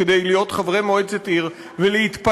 כדי להיות חברי מועצת עיר ולהתפנות